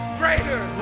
greater